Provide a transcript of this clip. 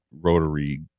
rotary